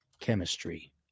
chemistry